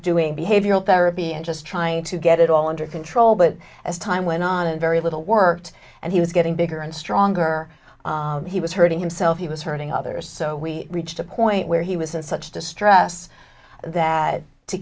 doing behavioral therapy and just trying to get it all under control but as time went on a very little worked and he was getting bigger and stronger he was hurting himself he was hurting others so we reached a point where he was in such distress that to